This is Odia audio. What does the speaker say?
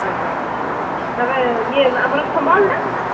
ଆଜ୍ଞା ଆଜ୍ଞା ତା'ପରେ ଇଏ ଆମର ଖମ୍ବ ଆଳୁଟା